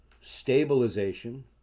stabilization